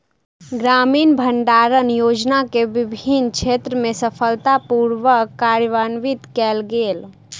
ग्रामीण भण्डारण योजना के विभिन्न क्षेत्र में सफलता पूर्वक कार्यान्वित कयल गेल